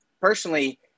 personally